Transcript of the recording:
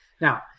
Now